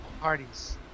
parties